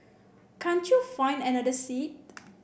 can't you find another seat